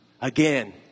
again